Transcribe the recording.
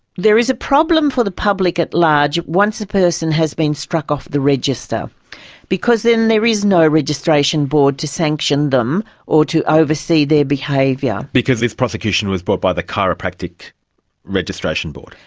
there is a problem for the public at large once a person has been struck off the register because then there is no registration board to sanction them or to oversee their behaviour. because this prosecution was brought by the chiropractic registration board.